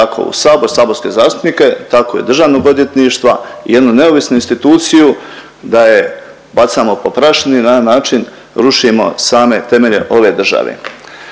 Sabor saborske zastupnike tako i državnog odvjetništva i jednu neovisnu instituciju da je bacamo po prašini na jedan način rušimo same temelje ove države.